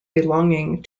belonging